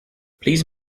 please